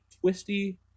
twisty